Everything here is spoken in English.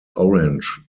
orange